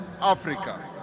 Africa